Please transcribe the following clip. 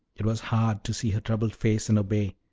it was hard to see her troubled face and obey,